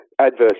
adverse